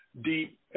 deep